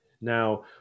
Now